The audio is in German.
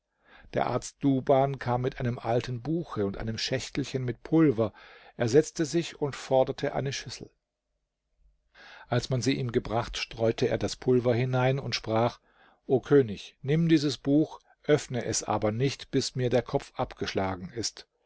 der arzt duban kam mit einem alten buche und einem schächtelchen mit pulver er setzte sich und forderte eine schüssel als man sie ihm gebracht streute er das pulver hinein und sprach o könig nimm dieses buch öffne es aber nicht bis mir der kopf abgeschlagen ist